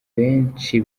benshi